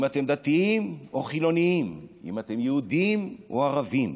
אם אתם דתיים או חילונים, אם אתם יהודים או ערבים,